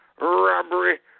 robbery